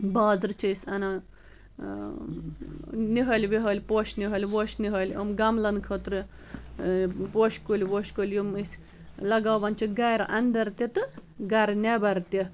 بازرٕ چھِ أسۍ انان اں نِہٕل وِہٕل پوشہٕ نِہٕل ووشہٕ نِہٕل یِم گملن خٲطرٕ پوشہٕ کُل ووشہٕ کُل یِم أسۍ لگاوان چھِ گٔرٕ انٛدر تہِ تہٕ گٔرٕ نٮ۪بر تہِ